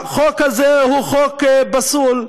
החוק הזה הוא חוק פסול.